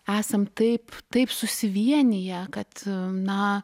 esam taip taip susivieniję kad na